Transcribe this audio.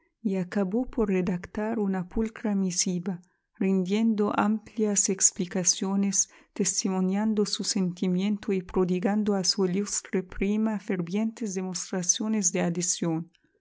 y acabó por redactar una pulcra misiva rindiendo amplias explicaciones testimoniando su sentimiento y prodigando a su ilustre prima fervientes demostraciones de adhesión